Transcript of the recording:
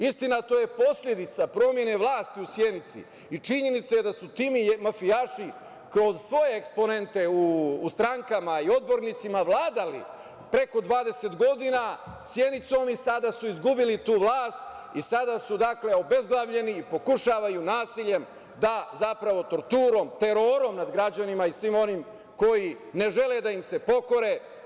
Istina, to je posledica promene vlasti u Sjenici i činjenice da su ti mafijaši kroz svoje eksponente u strankama i odbornicima vladali preko 20 godina Sjenicom, a sada su izgubili tu vlast i sada su obezglavljeni i pokušavaju nasiljem, zapravo torturom, terorom nad građanima i svima onima koji ne žele da im se pokore.